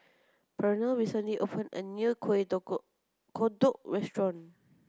Pernell recently opened a new Kuih Kodok Restaurant